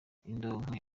indonke